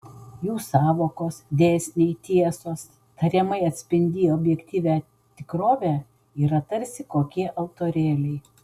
jų sąvokos dėsniai tiesos tariamai atspindį objektyvią tikrovę yra tarsi kokie altorėliai